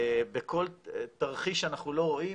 בכל תרחיש שאנחנו לא רואים,